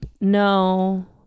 No